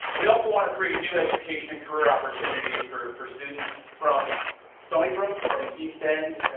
we also want to create new education career opportunities for for students from stony brook, from the east end,